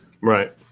Right